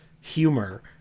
humor